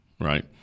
right